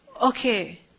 Okay